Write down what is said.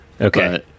Okay